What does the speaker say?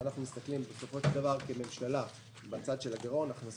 כשאנחנו מסתכלים בסופו של דבר כממשלה בצד של הגירעון הכנסות,